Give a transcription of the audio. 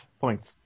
points